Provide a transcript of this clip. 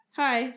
hi